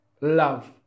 love